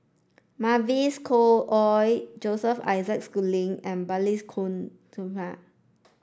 Mavis Khoo Oei Joseph Isaac Schooling and Balli Kaur Jaswal